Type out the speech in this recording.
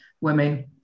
women